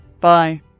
Bye